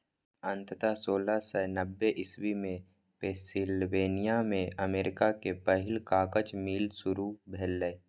अंततः सोलह सय नब्बे इस्वी मे पेंसिलवेनिया मे अमेरिका के पहिल कागज मिल शुरू भेलै